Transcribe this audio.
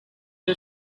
the